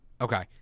Okay